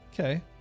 Okay